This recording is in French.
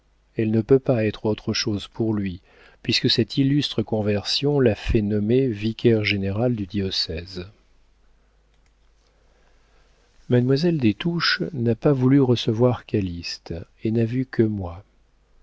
elle ne peut pas être autre chose pour lui puisque cette illustre conversion l'a fait nommer vicaire-général du diocèse mademoiselle des touches n'a pas voulu recevoir calyste et n'a vu que moi